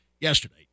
yesterday